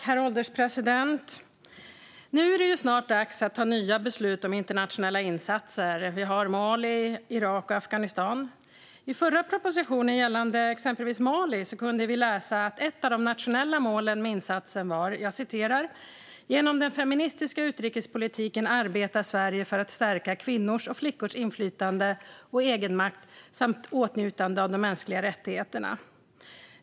Herr ålderspresident! Nu är det snart dags att ta nya beslut om internationella insatser i Mali, Irak och Afghanistan. I förra propositionen gällande exempelvis Mali kunde vi om de nationella målen med insatsen läsa att Sverige genom den feministiska utrikespolitiken arbetar för att stärka kvinnors och flickors inflytande och egenmakt samt åtnjutande av de mänskliga rättigheterna.